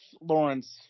Lawrence